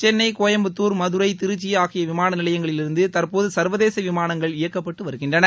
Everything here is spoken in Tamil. சென்னை கோயம்புத்தூர் மதுரை திருச்சி ஆகிய விமான நிலையங்களில் இருந்து தற்போது சர்வதேச விமானங்கள் இயக்கப்பட்டு வருகின்றன